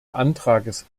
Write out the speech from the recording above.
antrags